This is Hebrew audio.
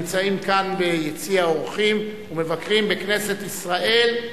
הנמצאים כאן ביציע האורחים ומבקרים בכנסת ישראל,